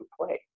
play